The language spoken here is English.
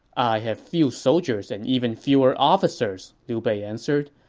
i have few soldiers and even fewer officers, liu bei answered.